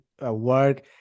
work